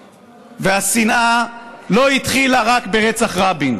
והשנאה לא התחילה רק ברצח רבין,